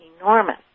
enormous